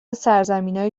سرزمینای